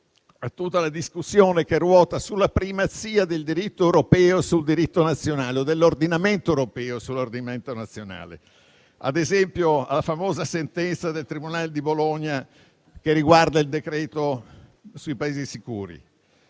tutta la discussione che ruota intorno alla primazia del diritto europeo sul diritto nazionale o dell'ordinamento europeo sull'ordinamento nazionale. Penso ad esempio alla famosa sentenza del tribunale di Bologna che riguarda il decreto sui Paesi sicuri.